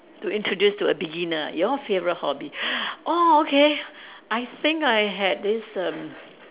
to introduce to a beginner your favorite hobby orh okay I think I had this err